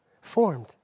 Formed